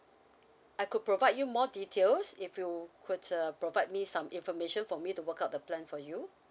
I could provide you more details if you could uh provide me some information for me to work out the plan for you